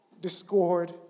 discord